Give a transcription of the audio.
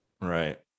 right